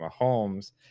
Mahomes